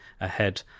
ahead